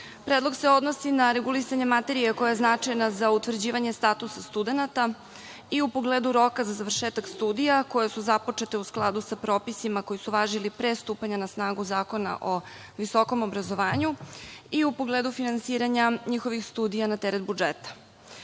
Predlog se odnosi na regulisanje materije koja je značajna za utvrđivanje statusa studenata i u pogledu roka za završetak studija koje su započete u skladu sa propisima koji su važili pre stupanja na snagu Zakona o visokom obrazovanju i u pogledu finansiranja njihovih studija na teret budžeta. Zakon